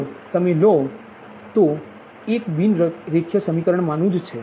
જે તમે લો છો તે પણ એક બિન રેખીય સમીકરણ માનું જ છે